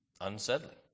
unsettling